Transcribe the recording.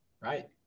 right